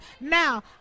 Now